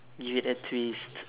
give it a twist